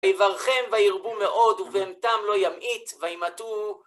ויברכם וירבו מאוד, ובהמתם לא ימעיט, וימעטו.